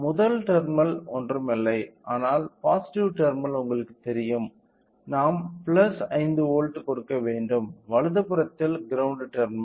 முதல் டெர்மினல் ஒன்றும் இல்லை ஆனால் பாசிட்டிவ் டெர்மினல் உங்களுக்குத் தெரியும் நாம் 5 வோல்ட் கொடுக்க வேண்டும் வலதுபுறத்தில் கிரௌண்ட் டெர்மினல்